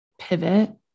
pivot